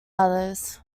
others